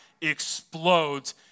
explodes